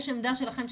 יש עמדה שלכם,